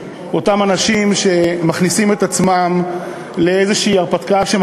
אותם אנשים שמכניסים את עצמם לאיזו הרפתקה שהם